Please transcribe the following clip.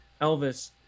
Elvis